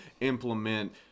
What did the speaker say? implement